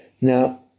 Now